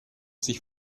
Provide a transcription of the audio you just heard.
sich